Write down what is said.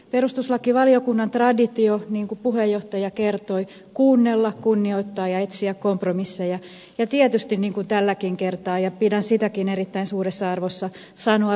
perustuslakivaliokunnan traditio niin kuin puheenjohtaja kertoi on kuunnella kunnioittaa ja etsiä kompromisseja ja tietysti niin kuin tälläkin kertaa ja pidän sitäkin erittäin suuressa arvossa sanoa viimeinen sana